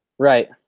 right,